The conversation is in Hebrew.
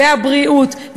והבריאות,